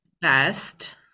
best